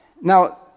Now